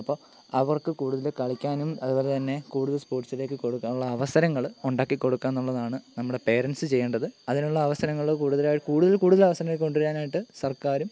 അപ്പം അവർക്ക് കൂടുതൽ കളിക്കാനും അതുപോലെതന്നെ കൂടുതൽ സ്പോർട്സിലേയ്ക്ക് കൊടുക്കാനുള്ള അവസരങ്ങൾ ഉണ്ടാക്കി കൊടുക്കാമെന്നുള്ളതാണ് നമ്മുടെ പേരന്റ്സ് ചെയ്യേണ്ടത് അതിനുള്ള അവസരങ്ങൾ കൂടുതലാ കൂടുതൽ കൂടുതൽ അവസരങ്ങൾ കൊണ്ട് വരാനായിട്ട് സർക്കാരും